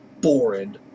boring